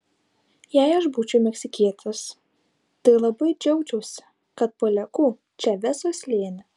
jei aš būčiau meksikietis tai labai džiaugčiausi kad palieku čaveso slėnį